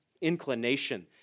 inclination